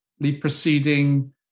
preceding